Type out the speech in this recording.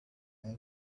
held